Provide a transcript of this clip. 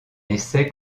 essai